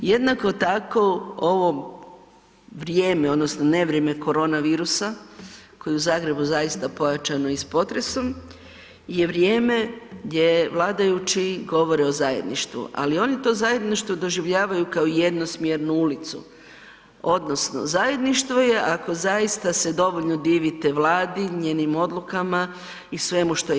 Jednako tako ovo vrijeme odnosno nevrijeme korona virusa koji je u Zagrebu zaista pojačano i s potresom je vrijeme gdje vladajući govore o zajedništvu, ali oni to zajedništvo doživljavaju kao jednosmjernu ulicu odnosno zajedništvo je ako zaista se dovoljno divite Vladi, njenim odlukama i svemu što je.